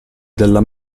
della